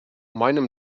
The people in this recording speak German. meinem